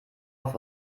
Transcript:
auf